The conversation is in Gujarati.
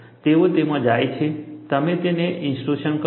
તેઓ તેમાં જાય છે તમે તેને ઇન્ટ્રુશન કહો છો